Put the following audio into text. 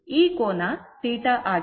ಈ ಕೋನವು θ ಆಗಿದೆ